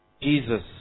Jesus